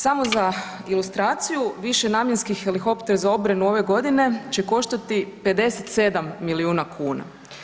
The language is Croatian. Samo za ilustraciju višenamjenski helihopter za obranu ove godine će koštati 57 milijuna kuna.